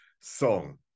song